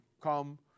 come